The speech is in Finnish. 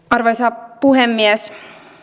arvoisa puhemies